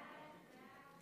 סעיף 4 נתקבל.